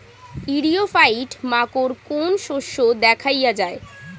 ইরিও ফাইট মাকোর কোন শস্য দেখাইয়া যায়?